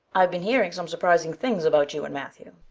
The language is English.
i've been hearing some surprising things about you and matthew.